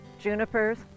junipers